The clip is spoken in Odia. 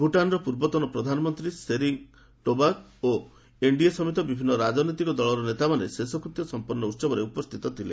ଭୂଟ୍ଟାନର ପୂର୍ବତନ ପ୍ରଧାନମନ୍ତ୍ରୀ ଶେରିଙ୍ଗ୍ ଟୋବ୍ଗେ ଓ ଏନ୍ଡିଏ ସମେତ ବିଭିନ୍ନ ରାଜନୈତିକ ଦଳର ନେତାମାନେ ଶେଷକୂତ୍ୟ ସଂପନ୍ନ ଉହବରେ ଉପସ୍ଥିତ ଥିଲେ